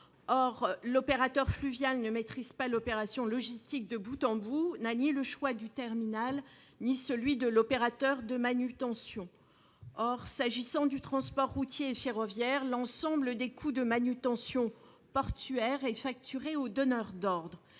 Or l'opérateur fluvial ne maîtrise pas l'opération logistique de bout en bout. Il n'a le choix ni du terminal ni de l'opérateur de manutention. S'agissant du transport routier et ferroviaire, l'ensemble des coûts de manutention portuaire est facturé au donneur d'ordre.